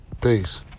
Peace